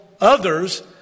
others